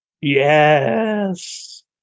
Yes